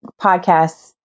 podcasts